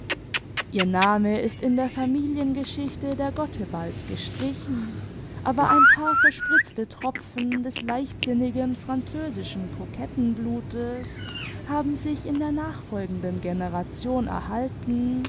ihr name ist in der familiengeschichte der gotteballs gestrichen aber ein paar verspritzte tropfen des leichtsinnigen französischen kokottenblutes haben sich in der nachfolgenden generation erhalten